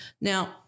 Now